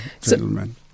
gentlemen